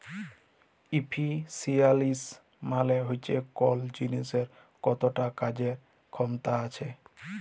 ইফিসিয়ালসি মালে হচ্যে কল জিলিসের কতট কাজের খ্যামতা থ্যাকে